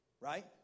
right